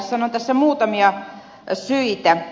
sanon tässä muutamia syitä